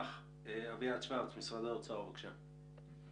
אביעד שוורץ ממשרד האוצר, בבקשה.